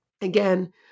again